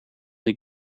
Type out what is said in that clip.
die